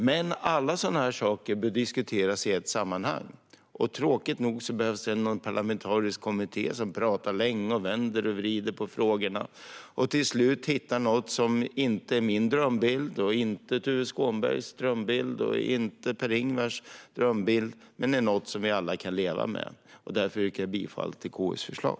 Men alla sådana saker bör diskuteras i ett sammanhang, och tråkigt nog behövs det en parlamentarisk kommitté som pratar länge och vänder och vrider på frågorna. Till slut hittar man något som inte är min drömbild, inte Tuve Skånbergs drömbild och inte Per-Ingvars drömbild heller, men det är något som vi alla kan leva med. Därför yrkar jag bifall till KU:s förslag.